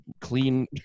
clean